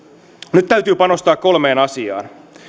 nyt täytyy panostaa kolmeen asiaan